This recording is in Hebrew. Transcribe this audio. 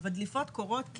אבל דליפות קורות,